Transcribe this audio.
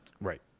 Right